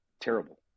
terrible